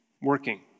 working